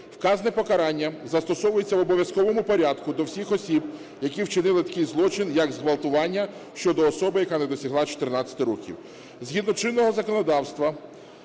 Вказане покарання застосовується в обов'язковому порядку до всіх осіб, які вчинили такий злочин, як зґвалтування щодо особи, яка не досягла 14 років.